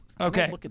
Okay